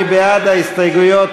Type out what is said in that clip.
מי בעד ההסתייגויות?